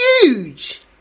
Huge